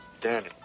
Danny